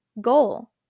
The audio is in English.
goal